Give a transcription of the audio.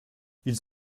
ils